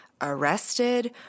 arrested